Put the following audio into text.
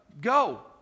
Go